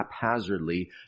haphazardly